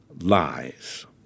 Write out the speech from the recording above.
lies